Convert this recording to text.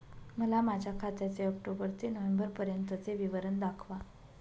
मला माझ्या खात्याचे ऑक्टोबर ते नोव्हेंबर पर्यंतचे विवरण दाखवा